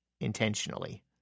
intentionally